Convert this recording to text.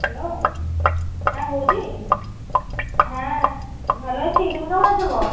hello হ্যাঁ বৌদি হ্যাঁ ভালো আছি তুমি কেমন আছো গো